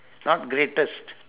not greatest